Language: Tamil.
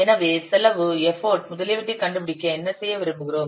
எனவே செலவு எஃபர்ட் முதலியவற்றைக் கண்டுபிடிக்க என்ன செய்ய விரும்புகிறோம்